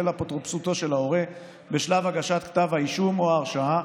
אפוטרופסותו של ההורה בשלב הגשת כתב האישום או ההרשעה,